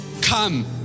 come